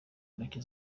ntoki